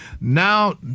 Now